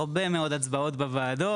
הרבה מאוד הצבעות בוועדות.